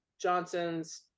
johnson's